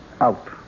out